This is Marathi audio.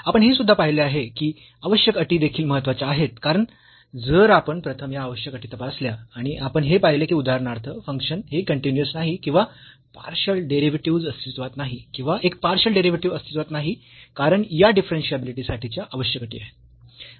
आपण हे सुद्धा पाहिले आहे की आवश्यक अटी देखील महत्वाच्या आहेत कारण जर आपण प्रथम या आवश्यक अटी तपासल्या आणि आपण हे पाहिले की उदाहरणार्थ फंक्शन हे कन्टीन्यूअस नाही किंवा पार्शियल डेरिव्हेटिव्हस् अस्तित्वात नाही किंवा एक पार्शियल डेरिव्हेटिव्ह अस्तित्वात नाही कारण या डिफरन्शियाबिलिटी साठीच्या आवश्यक अटी आहेत